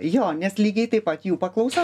jo nes lygiai taip pat jų paklausa